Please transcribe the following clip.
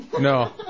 no